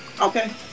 Okay